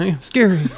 Scary